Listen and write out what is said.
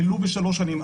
ולו בשלוש שנים,